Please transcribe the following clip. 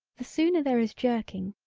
the sooner there is jerking,